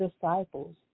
disciples